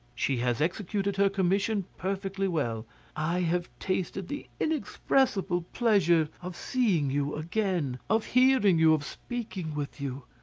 she has executed her commission perfectly well i have tasted the inexpressible pleasure of seeing you again, of hearing you, of speaking with you.